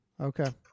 okay